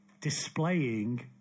displaying